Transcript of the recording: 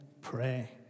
pray